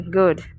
good